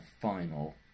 final